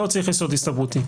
לא צריך יסוד הסתברותי.